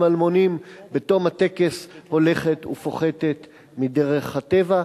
אלמונים" בתום הטקס הולכת ופוחתת מדרך הטבע,